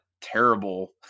terrible